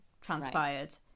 transpired